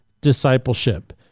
discipleship